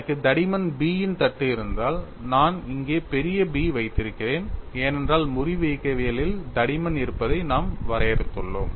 எனக்கு தடிமன் B இன் தட்டு இருந்தால் நான் இங்கே பெரிய B வைத்திருப்பேன் ஏனென்றால் முறிவு இயக்கவியலில் தடிமன் இருப்பதை நாம் வரையறுத்துள்ளோம்